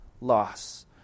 loss